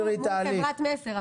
אנחנו מול חברת מסר.